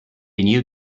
new